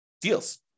deals